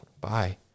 Bye